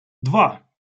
dwa